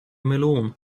melon